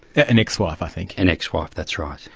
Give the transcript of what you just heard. an ex-wife, i think. an ex-wife, that's right.